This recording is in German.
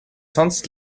sonst